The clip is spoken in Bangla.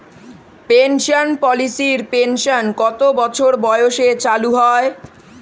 পেনশন পলিসির পেনশন কত বছর বয়সে চালু হয়?